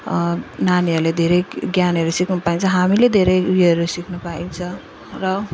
नानीहरूले धेरै ज्ञानहरू सिक्नु पाइन्छ हामीले धेरै उयोहरू सिक्नु पाइन्छ र